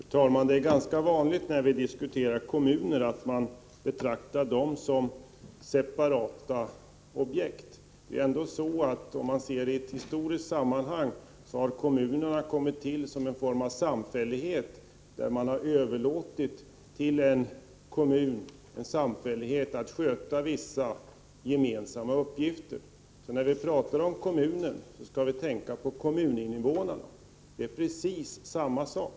Fru talman! När vi diskuterar kommuner är det ganska vanligt att man betraktar dem som separata objekt. Om man ser det i ett historiskt sammanhang är det så att kommunerna har kommit till som en form av samfällighet, där man har överlåtit till denna samfällighet att sköta vissa gemensamma uppgifter. När vi talar om kommunen skall vi tänka på kommuninvånarna; det är precis samma sak.